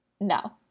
No